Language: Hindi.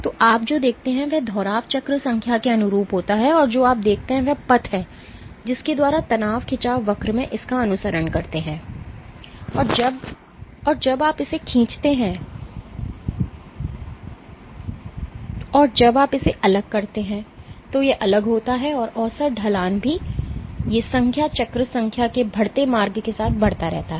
तो आप जो देखते हैं वह दोहराव चक्र संख्या के अनुरूप होता है और जो आप देखते हैं वह पथ है जिसके द्वारा तनाव खिंचाव वक्र में इसका अनुसरण करते हैं जब आप इसे खींचते हैं और जब आप इसे अलग करते हैं तो यह अलग होता है और औसत ढलान भी ये संख्या चक्र संख्या के बढ़ते मार्ग के साथ बढ़ती रहती है